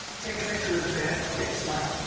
take a picture with a fan. okay, smile.